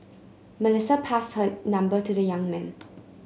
Melissa passed her number to the young man